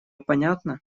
понятно